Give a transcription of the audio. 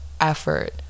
effort